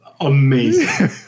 amazing